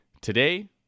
today